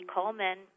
Coleman